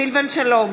סילבן שלום,